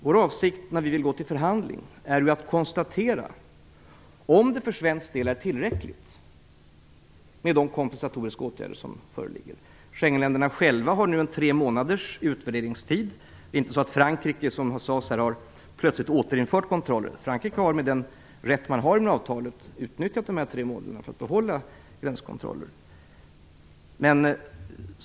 Vår avsikt är att vid förhandlingarna kunna konstatera om det för svensk del är tillräckligt med de kompensatoriska åtgärder som föreligger. Schengenländerna själva har nu tre månaders utvärderingstid. Det är inte så som sades här att Frankrike plötsligt har återinfört kontrollen. Frankrike har med den rätt man har genom avtalet utnyttjat dessa tre månader för att behålla gränskontroller.